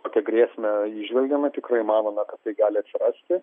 tokią grėsmę įžvelgėme tikrai manome kad tai gali atsirasti